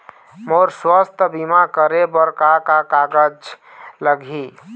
मोर स्वस्थ बीमा करे बर का का कागज लगही?